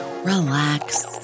Relax